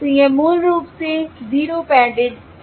तो यह मूल रूप से 0 पैडिड FFT है